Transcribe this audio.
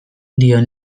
dio